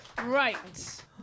right